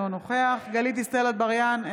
אינו נוכח גלית דיסטל אטבריאן,